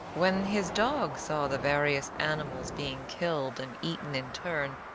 when his dogs saw the various animals being killed and eaten in turn,